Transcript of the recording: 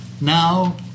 Now